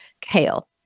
kale